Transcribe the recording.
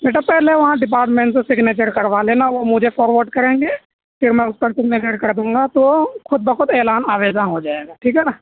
بیٹا پہلے وہاں ڈپارٹمنٹ سے سگنیچر کروا لینا وہ مجھے فارورڈ کریں گے پھر میں اس پر سگنیچر کر دوں گا تو خود بخود اعلان آویزاں ہو جائے گا ٹھیک ہے نا